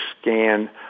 scan